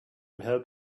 help